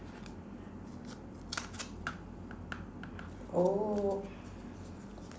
oh